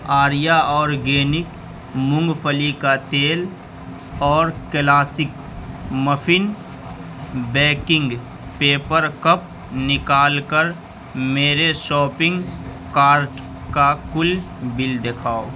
آریا organic مونگ فلی کا تیل اور classic muffin baking paper cup نکال کر میرے شاپنگ کارٹ کا کُل بل دکھاؤ